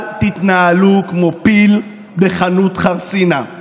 אל תתנהלו כמו פיל בחנות חרסינה.